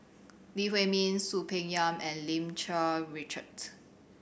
Lee Huei Min Soon Peng Yam and Lim Cherng Richard